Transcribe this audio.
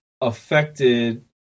affected